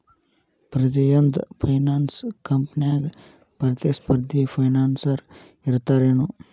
ಪ್ರತಿಯೊಂದ್ ಫೈನಾನ್ಸ ಕಂಪ್ನ್ಯಾಗ ಪ್ರತಿಸ್ಪರ್ಧಿ ಫೈನಾನ್ಸರ್ ಇರ್ತಾರೆನು?